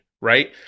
right